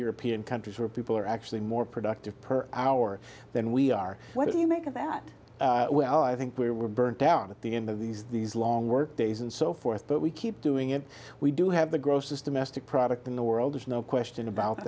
european countries where people are actually more productive per hour than we are what do you make of that well i think we were burned down at the end of these these long workdays and so forth but we keep doing it we do have the grossest domestic product in the world is no question about